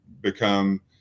become